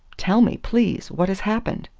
tell me, please, what has happened?